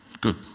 Good